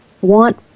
want